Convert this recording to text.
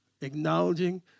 acknowledging